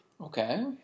Okay